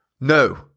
No